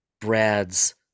brad's